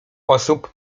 osób